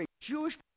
Jewish